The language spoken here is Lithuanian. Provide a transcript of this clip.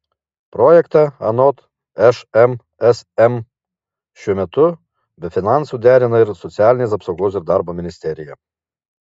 projektą anot šmsm šiuo metu be finansų derina ir socialinės apsaugos ir darbo ministerija